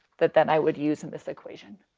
that then i would use in this equation.